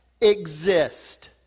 exist